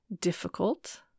difficult